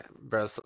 bro